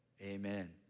amen